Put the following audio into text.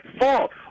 fault